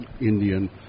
Indian